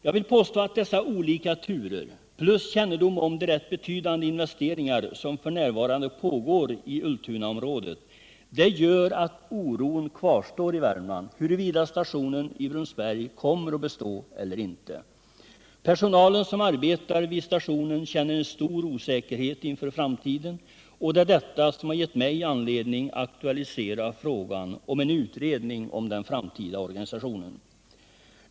Jag vill påstå att dessa olika turer plus kännedom om de rätt betydande investeringar som f. n. pågår i Ultunaområdet gör att oron för om stationen i Brunsberg kommer att bestå eller inte kvarstår i Värmland. Personalen vid stationen känner en stor osäkerhet inför framtiden, och det är det som givit mig anledning att aktualisera frågan om en utredning om den framtida organisationen.